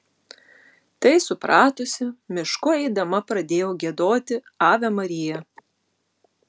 tai supratusi mišku eidama pradėjau giedoti ave maria